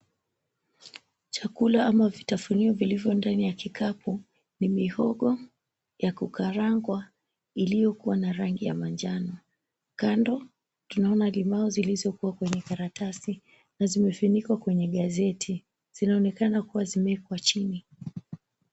Chakula ama vitafunio vilivyo ndani ya kikapu ni mihogo ya kukarangwa iliyokuwa na rangi ya manjano. Kando tunaona limau zilizokuwa kwenye karatasi na zimefunikwa kwenye gazeti. Zinaonekana kuwa zimewekwa chini.